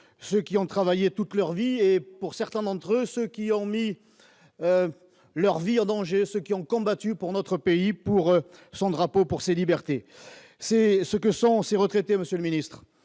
ceux qui ont travaillé toute leur vie et pour certains d'entre eux, ceux qui ont mis leur vie en danger ceux qui ont combattu pour notre pays, pour son drapeau pour ses libertés, c'est ce que sont ces retraités, monsieur le Ministre,